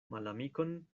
malamikon